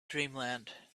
dreamland